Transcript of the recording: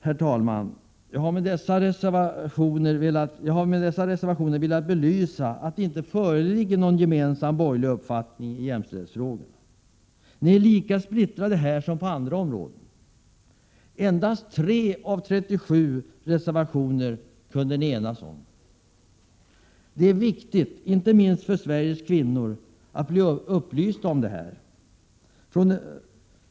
Herr talman! Jag har genom att ta upp dessa reservationer velat belysa att det inte föreligger någon gemensam borgerlig uppfattning i jämställdhetsfrågorna. Ni är lika splittrade här som på andra områden. Endast i 3 av 37 reservationer har ni kunnat enas! Det är viktigt — inte minst för Sveriges kvinnor — att alla blir upplysta om detta.